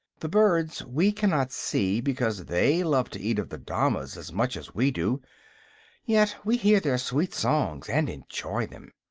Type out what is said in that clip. the birds we cannot see, because they love to eat of the damas as much as we do yet we hear their sweet songs and enjoy them.